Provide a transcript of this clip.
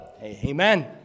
Amen